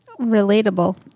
Relatable